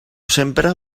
sempre